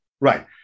right